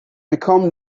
become